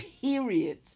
Period